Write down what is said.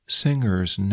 singer's